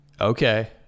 Okay